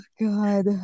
God